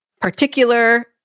particular